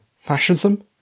fascism